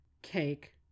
cake